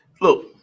Look